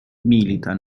milita